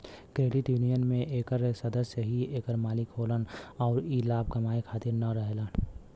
credit union में एकर सदस्य ही एकर मालिक होलन अउर ई लाभ कमाए खातिर न रहेला